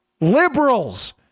liberals